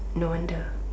no wonder